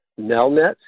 Nelnet